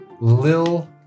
Lil